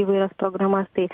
įvairias programas tai